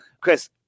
Chris